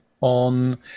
on